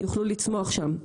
יוכלו לצמוח שם.